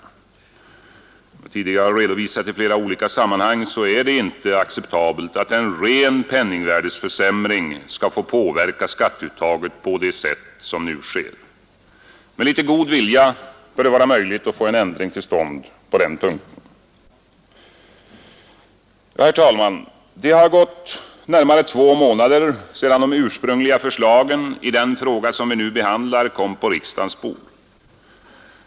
Som jag tidigare redovisat i flera olika sammanhang är det inte acceptabelt att en ren penningvärdeförsämring får påverka skatteuttaget på det sätt som nu sker. Med litet god vilja bör det vara möjligt att få en ändring till stånd på den punkten. Det har gått närmare två månader sedan de ursprungliga förslagen i den fråga som vi nu behandlar kom på riksdagens bord.